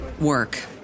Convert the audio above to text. work